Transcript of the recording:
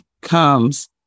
comes